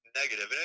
negative